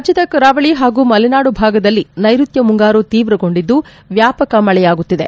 ರಾಜ್ಯದ ಕರಾವಳಿ ಹಾಗೂ ಮಲೆನಾಡು ಭಾಗದಲ್ಲಿ ನೈರುತ್ತ ಮುಂಗಾರು ತೀವ್ರಗೊಂಡಿದ್ದು ವ್ಯಾಪಕ ಮಳೆಯಾಗುತ್ತಿದೆ